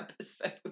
episode